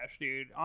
dude